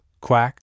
Quack